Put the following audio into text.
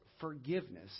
forgiveness